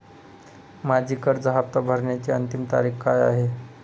माझी कर्ज हफ्ता भरण्याची अंतिम तारीख काय आहे?